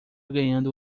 ganhando